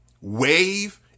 wave